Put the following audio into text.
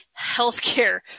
healthcare